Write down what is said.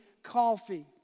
coffee